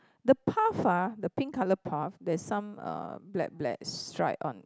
the path ah the pink colour path there's some uh black black stripe on